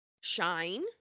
Shine